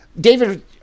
david